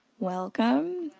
welcome.